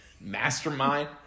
Mastermind